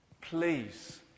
Please